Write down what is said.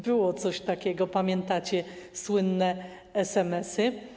Było coś takiego - pamiętacie? - słynne SMS-y.